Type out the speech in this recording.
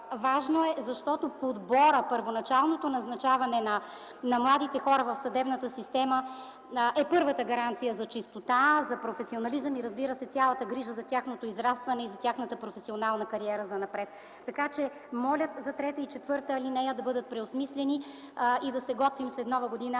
Важно е, защото подборът, първоначалното назначаване на младите хора в съдебната система е първата гаранция за чистота, за професионализъм и, разбира се, цялата грижа за тяхното израстване и за тяхната кариера занапред. Така че моля ал. 3 и ал. 4 да бъдат преосмислени и да се готвим след Нова година,